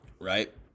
right